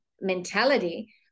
mentality